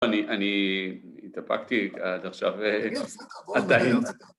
אני התאפקתי עד עכשיו עדיין